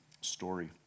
story